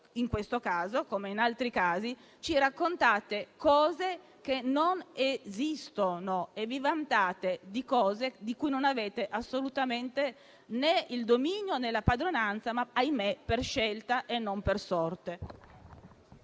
In questo caso, come in altri casi, ci raccontate cose che non esistono e vi vantate di cose di cui non avete assolutamente né il dominio, né la padronanza, ma - ahimè - per scelta e non per sorte.